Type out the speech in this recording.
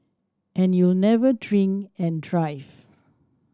and you'll never drink and drive